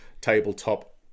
tabletop